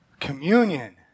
Communion